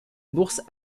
bourse